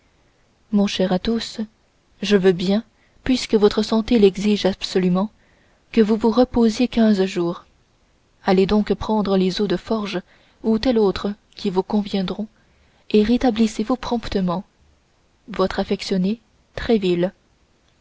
mon cher athos je veux bien puisque votre santé l'exige absolument que vous vous reposiez quinze jours allez donc prendre les eaux de forges ou telles autres qui vous conviendront et rétablissez vous promptement votre affectionné tréville